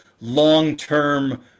long-term